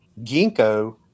ginkgo